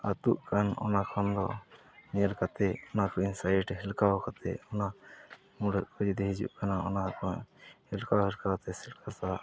ᱟᱹᱛᱩᱜ ᱠᱟᱱ ᱚᱱᱟ ᱠᱷᱚᱱ ᱫᱚ ᱧᱮᱞ ᱠᱟᱛᱮᱫ ᱚᱱᱟ ᱠᱚ ᱦᱮᱞᱠᱟᱣ ᱠᱟᱛᱮᱫ ᱚᱱᱟ ᱢᱩᱦᱰᱟᱹᱫ ᱠᱚ ᱡᱩᱫᱤ ᱦᱤᱡᱩᱜ ᱠᱟᱱᱟ ᱚᱱᱟ ᱠᱚ ᱦᱮᱞᱠᱟᱣᱼᱦᱮᱞᱠᱟᱣᱛᱮ ᱪᱮᱫᱞᱮᱠᱟ ᱥᱟᱦᱟᱜᱼᱟ